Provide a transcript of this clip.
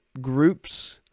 groups